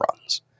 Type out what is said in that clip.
runs